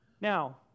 Now